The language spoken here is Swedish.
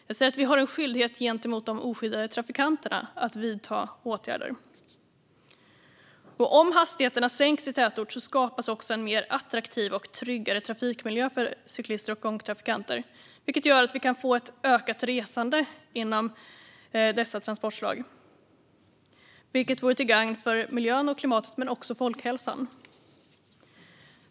Jag säger att vi har en skyldighet gentemot de oskyddade trafikanterna att vidta åtgärder. Om hastigheterna sänks i tätort skapas också en mer attraktiv och tryggare trafikmiljö för cyklister och gångtrafikanter, vilket gör att vi kan få ett ökat resande med dessa transportslag. Detta vore till gagn såväl för miljön och klimatet som för folkhälsan.